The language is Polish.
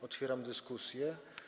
Otwieram dyskusję.